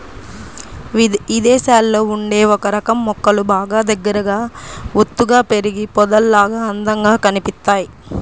ఇదేశాల్లో ఉండే ఒకరకం మొక్కలు బాగా దగ్గరగా ఒత్తుగా పెరిగి పొదల్లాగా అందంగా కనిపిత్తయ్